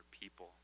people